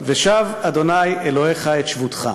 ושב ה' אלוהיך את שבותך,